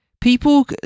People